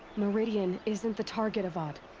meridian isn't the target, avad.